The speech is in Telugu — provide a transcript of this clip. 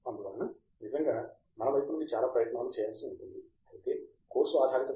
అందువలన నిజంగా మన వైపు నుండి చాలా ప్రయత్నాలు చేయాల్సి ఉంటుంది అయితే కోర్సు ఆధారిత బి